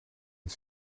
het